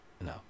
No